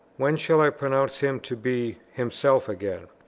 when shall i pronounce him to be himself again?